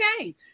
okay